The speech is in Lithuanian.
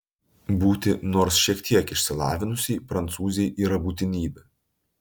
būti nors šiek tiek išsilavinusiai prancūzei yra būtinybė